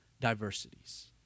diversities